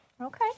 Okay